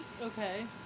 Okay